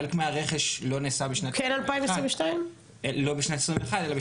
חלק מהרכש לא נעשה בשנת 2021. אלא בשנת